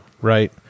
right